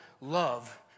love